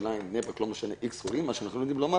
בכל מקום יש איקס חולים מאשר אנחנו יודעים לומר